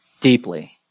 deeply